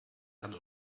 hand